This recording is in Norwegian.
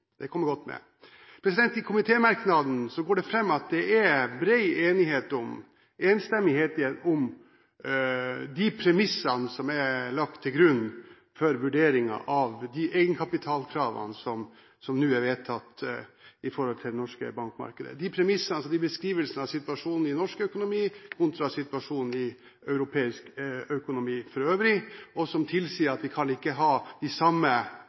Det kommer godt med. Av komitémerknaden går det fram at det er enstemmighet om de premissene som er lagt til grunn for vurderingen av de egenkapitalkravene som nå er vedtatt i forhold til det norske bankmarkedet. Beskrivelsen av situasjonen i norsk økonomi kontra situasjonen i europeisk økonomi tilsier at vi ikke kan ha de samme